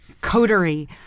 coterie